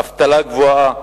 אבטלה גבוהה,